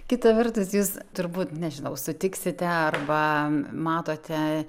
kita vertus jūs turbūt nežinau sutiksite arba matote